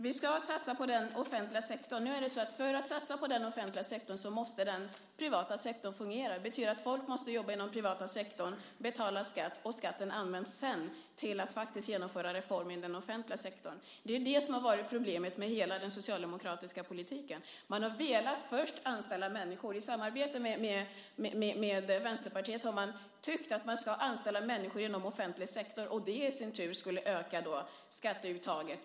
Vi ska satsa på den offentliga sektorn. Nu är det så att för att man ska kunna satsa på den offentliga sektorn måste den privata sektorn fungera. Det betyder att folk måste jobba inom den privata sektorn och betala skatt. Skatten används sedan till att faktiskt genomföra reformer i den offentliga sektorn. Det är det som har varit problemet med hela den socialdemokratiska politiken. Man har först velat anställa människor. I samarbete med Vänsterpartiet har man tyckt att man ska anställa människor inom offentlig sektor, och det skulle i sin tur då öka skatteuttaget.